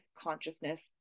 consciousness